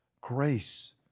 grace